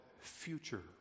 future